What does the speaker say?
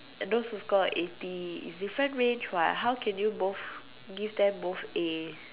those who score like eighty is different range [what] how can you both give them both A